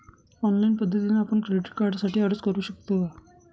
Online पद्धतीने आपण credit कार्डसाठी अर्ज करु शकतो का?